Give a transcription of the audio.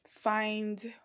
find